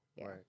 Right